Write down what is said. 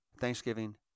Thanksgiving